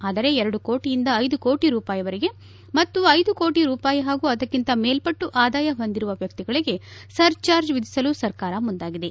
ಆದರೆ ಎರಡು ಕೋಟಿ ಯಿಂದ ಐದು ಕೋಟಿ ರೂಪಾಯಿವರೆಗೆ ಮತ್ತು ಐದು ಕೋಟಿ ರೂಪಾಯಿ ಹಾಗೂ ಅದಕ್ಕಿಂತ ಮೇಲ್ವಟ್ಷು ಆದಾಯ ಹೊಂದಿರುವ ವ್ಯಕ್ತಗಳಿಗೆ ಸರ್ಚಾರ್ಜ್ ವಿಧಿಸಲು ಸರ್ಕಾರ ಮುಂದಾಗಿದೆ